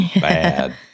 bad